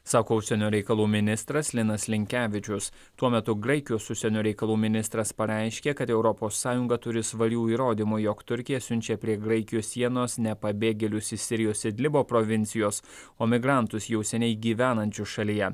sako užsienio reikalų ministras linas linkevičius tuo metu graikijos užsienio reikalų ministras pareiškė kad europos sąjunga turi svarių įrodymų jog turkija siunčia prie graikijos sienos ne pabėgėlius iš sirijos idlibo provincijos o migrantus jau seniai gyvenančius šalyje